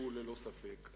ומשפט,